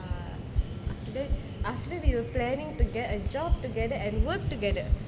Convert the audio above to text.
ah after then after we were planning to get a job together and work together